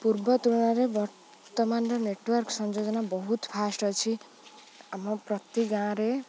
ପୂର୍ବ ତୁଳନାରେ ବର୍ତ୍ତମାନର ନେଟୱାର୍କ ସଂଯୋଜନା ବହୁତ ଫାଷ୍ଟ ଅଛି ଆମ ପ୍ରତି ଗାଁରେ